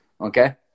okay